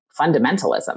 fundamentalism